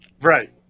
right